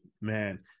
man